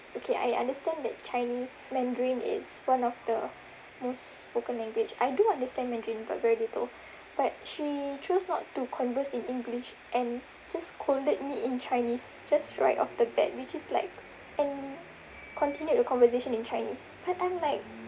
okay I understand that chinese mandarin is one of the most spoken language I do understand mandarin but very little but she chose not to converse in english and just scolded me in chinese just right off the bat which is like and continued the conversation in chinese but I'm like